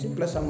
Plus